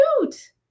cute